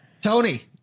Tony